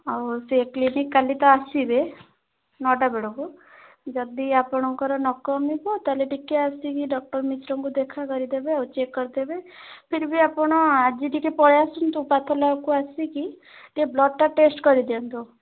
ଆଉ ସେ କ୍ଲିନିକ୍ କାଲି ତ ଆସିବେ ନଅଟା ବେଳକୁ ଯଦି ଆପଣଙ୍କର ନ କମିବ ତା' ହେଲେ ଟିକିଏ ଆସିକି ଡକ୍ଟର ମିଶ୍ରଙ୍କୁ ଦେଖାକରିଦେବେ ଆଉ ଚେକ୍ କରିଦେବେ ଫିର୍ ଭି ଆପଣ ଆଜି ଟିକିଏ ପଳେଇଆସନ୍ତୁ ପାଥୋଲ୍ୟାବ୍କୁ ଆସିକି ଟିକିଏ ବ୍ଲଡ଼ଟା ଟେଷ୍ଟ କରିଦିଅନ୍ତୁ